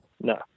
no